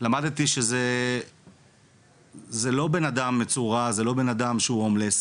למדתי שזה לא בן אדם מצורע, לא בן אדם שהוא הומלס,